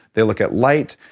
they look at light.